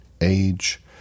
age